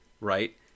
right